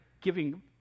giving